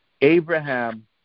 Abraham